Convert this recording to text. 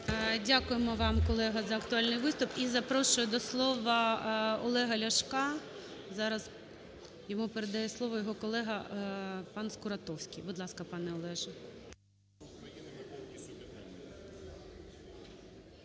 Дякуємо вам, колего, за актуальний виступ. І запрошую до слова Олега Ляшка. Зараз йому передає слово його колега пан Скуратовський. Будь ласка, пане Олеже.